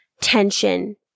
tension